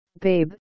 Babe